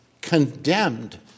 condemned